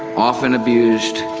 often abused,